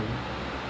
mmhmm